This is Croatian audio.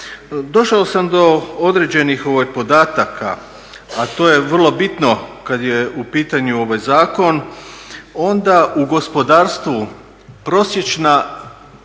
Došao sam do određenih podataka, a to je vrlo bitno kad je u pitanju ovaj zakon, onda u gospodarstvu prosječna vijek